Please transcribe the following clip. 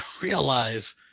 realize